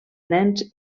nens